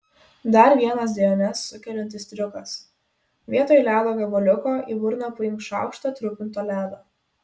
dar vienas dejones sukeliantis triukas vietoj ledo gabaliuko į burną paimk šaukštą trupinto ledo